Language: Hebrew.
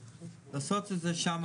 לעשות את זה שם.